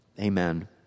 Amen